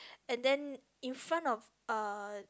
and then in front of uh